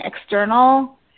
external